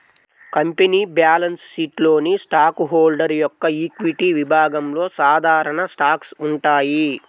company balance షీట్లోని stock holder యొక్క equity విభాగంలో సాధారణ స్టాక్స్ ఉంటాయి